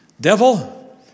devil